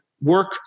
work